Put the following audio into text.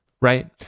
right